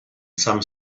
some